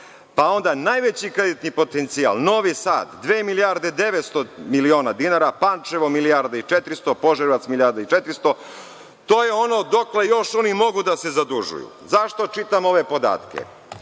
pa onda najveći kreditni potencijal Novi Sad dve milijarde 900 miliona dinara, Pančevo milijarda i 400, Požarevac milijarda i 400. To je ono dokle još oni mogu da se zadužuju.Zašto čitam ove podatke?